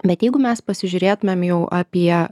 bet jeigu mes pasižiūrėtumėm jau apie